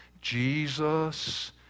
Jesus